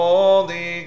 Holy